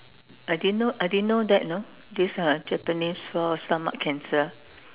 I didn't know I didn't know that you know this uh Japanese cause stomach cancer